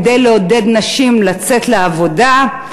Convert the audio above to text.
כדי לעודד נשים לצאת לעבודה,